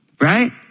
Right